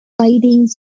fighting